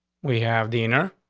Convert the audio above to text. we have deena.